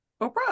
Oprah